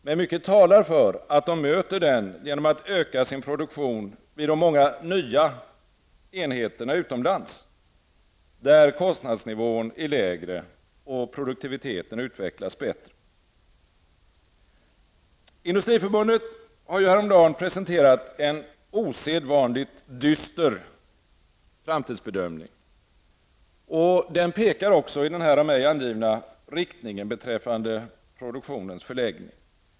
Men mycket talar för att de möter den genom att öka sin produktion vid sina många nya enheter utomlands, där kostnadsnivån är lägre och produktiviteten utvecklas bättre. Industriförbundet har häromdagen presenterat en osedvanligt dyster bedömning, som pekar i denna riktning.